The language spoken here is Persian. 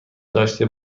داشته